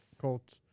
Colts